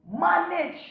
manage